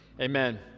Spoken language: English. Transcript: Amen